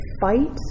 fight